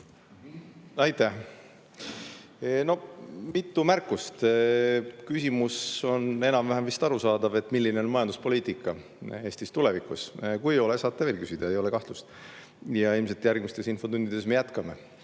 Aitäh! Mitu märkust. Küsimus on enam-vähem vist arusaadav: milline on majanduspoliitika Eestis tulevikus? Kui ei ole, saate veel küsida, ei ole kahtlust. Ilmselt järgmistes infotundides me jätkame